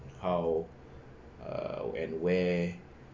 how err and where